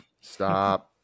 Stop